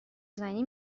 زنی